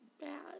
bad